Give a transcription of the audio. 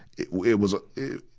it, it was a, it,